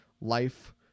life